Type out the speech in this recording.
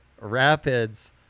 rapids